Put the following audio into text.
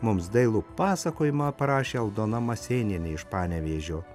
mums dailų pasakojimą parašė aldona masėnienė iš panevėžio